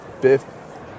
fifth